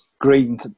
green